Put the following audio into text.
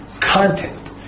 content